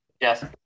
Yes